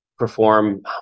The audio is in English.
perform